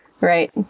right